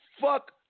fuck